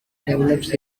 develops